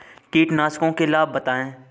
कीटनाशकों के लाभ बताएँ?